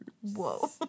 Whoa